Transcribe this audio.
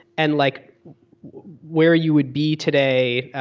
and like where you would be today?